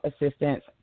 Assistance